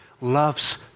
loves